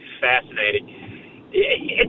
Fascinating